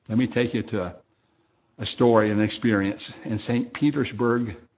and me take you to a story, an experience in st. petersburg,